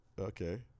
Okay